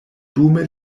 dume